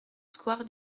square